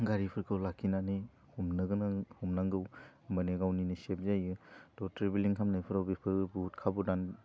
गारिफोरखौ लाखिनानै हमनो गोनां हमनांगौ मानि गावनिनो सेफ जायो थह ट्रेबेलिं खालामनायफोराव बेफोर बुहुत खाब'दान